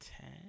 Ten